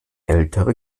ältere